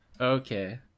okay